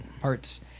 parts